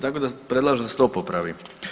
Tako da predlažem da se to popravi.